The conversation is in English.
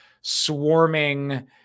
swarming